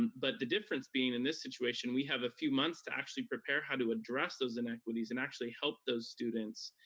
but the difference being, in this situation, we have a few months to actually prepare how to address those inequities, and actually help those students,